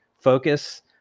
focus